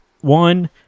One